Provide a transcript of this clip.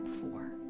four